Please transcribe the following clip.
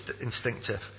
instinctive